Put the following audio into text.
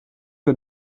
que